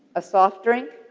a soft drink?